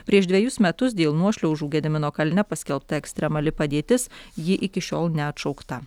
prieš dvejus metus dėl nuošliaužų gedimino kalne paskelbta ekstremali padėtis ji iki šiol neatšaukta